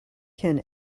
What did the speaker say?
can